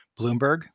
Bloomberg